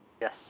Yes